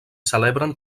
celebren